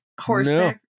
horseback